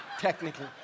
Technically